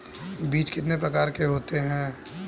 बीज कितने प्रकार के होते हैं?